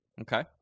okay